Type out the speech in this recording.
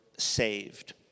saved